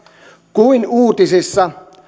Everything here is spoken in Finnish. kuin uutisissa